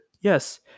Yes